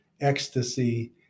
ecstasy